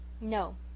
No